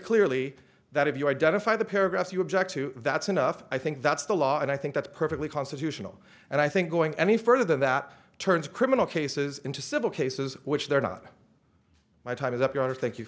clearly that if you identify the paragraph you object to that's enough i think that's the law and i think that's perfectly constitutional and i think going any further than that turns criminal cases into civil cases which they're not my time is up your honor thank you